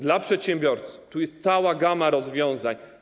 Dla przedsiębiorcy tu jest cała gama rozwiązań.